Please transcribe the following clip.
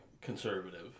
conservative